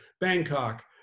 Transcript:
Bangkok